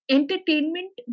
Entertainment